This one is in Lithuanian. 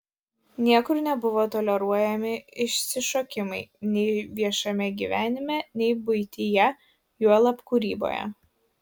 niekur nebuvo toleruojami išsišokimai nei viešame gyvenime nei buityje juolab kūryboje